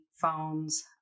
phones